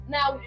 Now